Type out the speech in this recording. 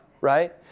right